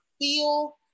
feel